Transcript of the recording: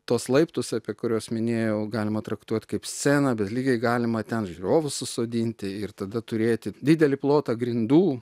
tuos laiptus apie kuriuos minėjau galima traktuot kaip sceną bet lygiai galima ten žiūrovus susodinti ir tada turėti didelį plotą grindų